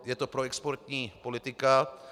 Je to proexportní politika.